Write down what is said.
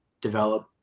develop